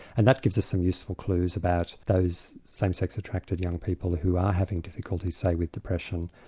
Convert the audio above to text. and that gives us some useful clues about those same-sex-attracted young people who are having difficulties, say with depression,